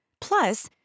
Plus